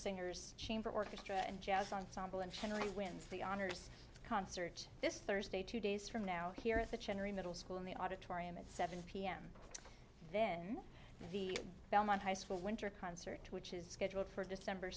singers chamber orchestra and jazz ensemble in chennai wins the honors concert this thursday two days from now here at the chinnery middle school in the auditorium at seven pm then the belmont high school winter concert which is scheduled for december